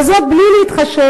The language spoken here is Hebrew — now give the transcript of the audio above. וזאת בלי להתחשב,